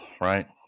right